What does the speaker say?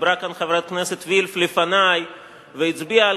דיברה כאן חברת הכנסת וילף לפני והצביעה על